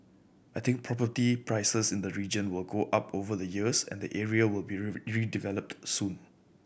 I think property prices in the region will go up over the years and the area will be redeveloped soon